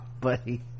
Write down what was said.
buddy